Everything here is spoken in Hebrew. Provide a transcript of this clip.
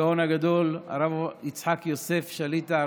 הגאון הגדול הרב יצחק יוסף שליט"א,